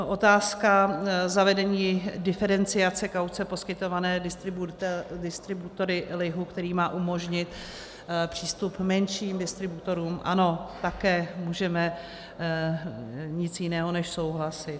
Otázka zavedení diferenciace kauce poskytované distributory lihu, který má umožnit přístup menším distributorům, ano, také nemůžeme nic jiného než souhlasit.